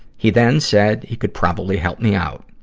he then said he could probably help me out.